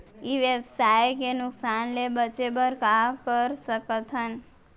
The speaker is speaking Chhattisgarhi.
ई व्यवसाय के नुक़सान ले बचे बर का कर सकथन?